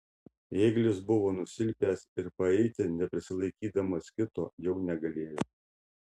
ėglis buvo nusilpęs ir paeiti neprisilaikydamas kito jau negalėjo